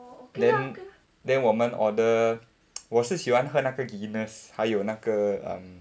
then then 我们 order 我是喜欢喝那个 Guinness 还有那个 um